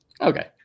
Okay